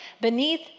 beneath